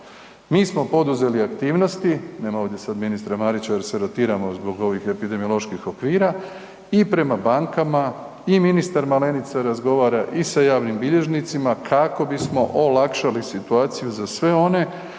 Mi smo poduzeli aktivnosti, nema ovdje sad ministra Marića jer se rotiramo zbog ovih epidemioloških okvira i prema bankama i ministar Malenica razgovara i sa javnim bilježnicima kako bismo olakšali situaciju za sve one